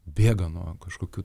bėga nuo kažkokių